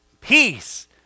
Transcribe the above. peace